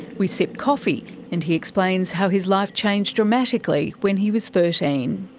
we sip coffee and he explains how his life changed dramatically when he was thirteen.